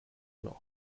noch